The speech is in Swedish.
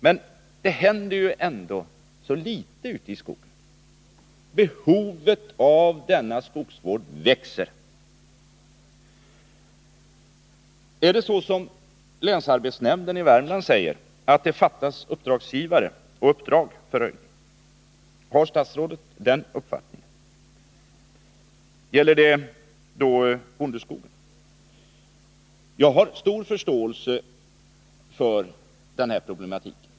Men det händer ändå så litet ute i skogen. Behovet av denna skogsvård växer! Fattas det, som länsarbetsnämnden i Värmland säger, uppdragsgivare och uppdrag när det gäller röjning? Har statsrådet den uppfattningen? Gäller det då bondeskog? Jag har stor förståelse för den här problematiken.